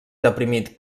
deprimit